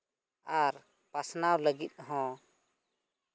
ᱟᱨ ᱯᱟᱥᱱᱟᱣ ᱞᱟᱹᱜᱤᱫ ᱦᱚᱸ